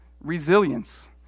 resilience